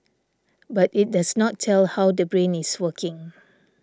but it does not tell how the brain is working